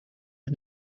het